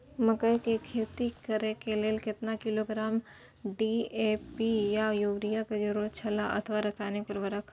मकैय के खेती करे के लेल केतना किलोग्राम डी.ए.पी या युरिया के जरूरत छला अथवा रसायनिक उर्वरक?